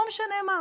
לא משנה מה.